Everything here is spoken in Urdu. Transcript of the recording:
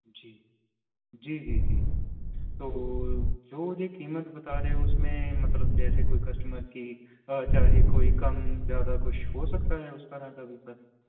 جی جی جی جی جی تو جو یہ قیمت بتا رہے اس میں مطلب جیسے کوئی کسٹمر کی چاہے کوئی کم زیادہ کچھ ہو سکتا ہے اس طرح کا بھی سر